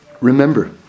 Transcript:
remember